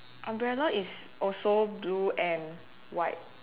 umbrella is also blue and white